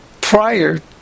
prior